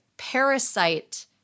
parasite